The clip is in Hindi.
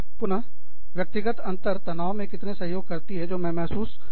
पुनव्यक्तिगत अंतर तनाव में कितने सहयोग करती जो मैं महसूस करती हूँ